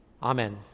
Amen